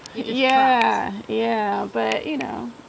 yeah. yeah. but, you know,